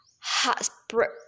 heartbreak